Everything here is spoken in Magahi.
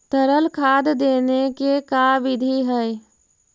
तरल खाद देने के का बिधि है?